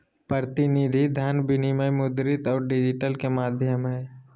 प्रतिनिधि धन विनिमय मुद्रित और डिजिटल के माध्यम हइ